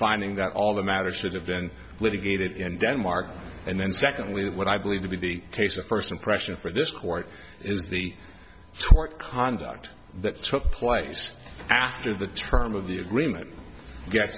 finding that all the matters that have been litigated in denmark and then secondly that what i believe to be the case of first impression for this court is the conduct that took place after the term of the agreement get